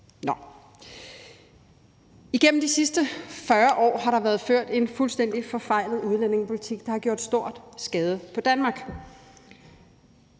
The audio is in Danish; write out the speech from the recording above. Igennem de sidste 40 år har der været ført en fuldstændig forfejlet udlændingepolitik, der har gjort stor skade på Danmark.